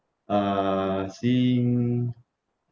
uh seeing